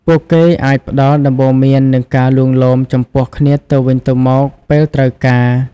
ពួកគេអាចផ្តល់ដំបូន្មាននិងការលួងលោមចំពោះគ្នាទៅវិញទៅមកពេលត្រូវការ។